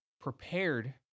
prepared